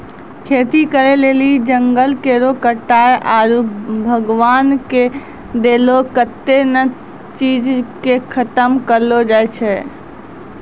खेती करै लेली जंगल केरो कटाय आरू भगवान के देलो कत्तै ने चीज के खतम करलो जाय छै